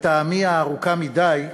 לטעמי הארוכה מדי,